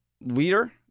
leader